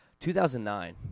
2009